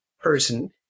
person